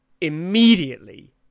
immediately